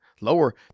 lower